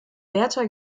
bertha